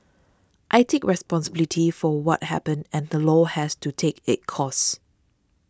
I take responsibility for what happened and the law has to take its course